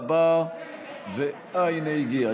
הינה, הגיע.